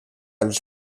els